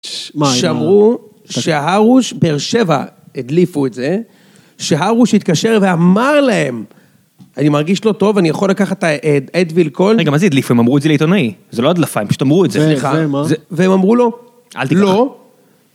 שאמרו שהרוש... באר שבע הדליפו את זה, שהרוש התקשר ואמר להם "אני מרגיש לא טוב, אני יכול לקחת את האדוויל קול?" רגע, מה זה הדליפו? הם אמרו את זה לעיתונאי, זה לא הדלפה, הם פשוט אמרו את זה, סליחה... והם אמרו לו, לא